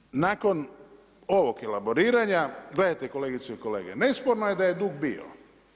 I dakle, nakon ovog elaboriranja, gledajte kolegice i kolege, nesporno je da je dug bio,